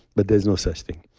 but there's no such thing